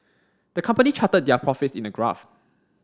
the company charted their profits in a graph